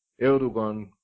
Erdogan